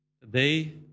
Today